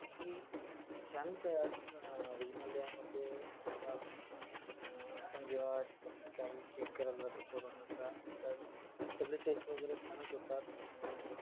जरी छानच आहे आज रुग्णालयामध्ये आपला आपण जेव्हा काही चेक करायला जातो कोरोनाचा तर सगळे टेस्ट वगैरे छानच होतात आणि